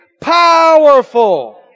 Powerful